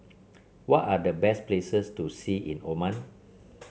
what are the best places to see in Oman